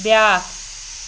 بیٛاکھ